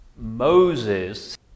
Moses